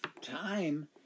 time